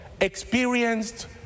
experienced